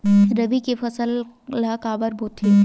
रबी के फसल ला काबर बोथे?